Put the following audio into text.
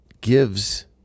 gives